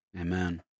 Amen